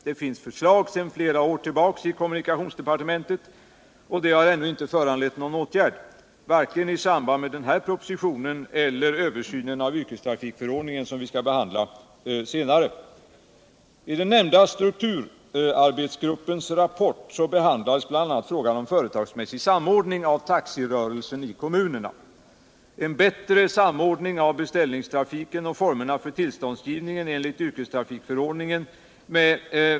Det finns sedan flera år tillbaka förslag i kommunikationsdepartementet, och de har ännu inte föranlett någon åtgärd, vare sig i samband med den här propositionen eller i samband med översynen av yrkestrafikförordningen, som vi skall behandla senare. I den nämnda strukturarbetsgruppens rapport behandlades bl.a. frågorna om företagsmässig samordning av taxirörelsen i kommunerna, bättre samordning av beställningstrafiken och formerna för tillståndsgivningen enligt yrkestrafikförordningen.